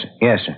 yes